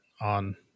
on